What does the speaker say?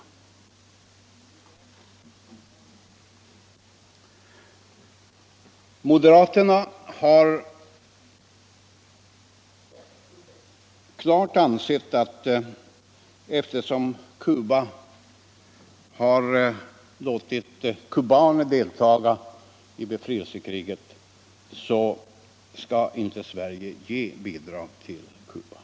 Moderaterna anser att Sverige inte skall ge bidrag till Cuba eftersom dess regering har låtit kubaner dela i befriclsekriget.